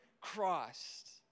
Christ